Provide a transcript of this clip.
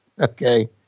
Okay